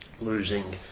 losing